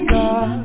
God